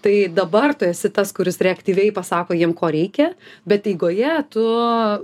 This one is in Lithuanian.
tai dabar tu esi tas kuris reaktyviai pasako jiem ko reikia bet eigoje tu